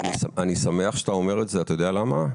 אני שמח שאתה אומר את זה, אתה יודע למה?